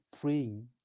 praying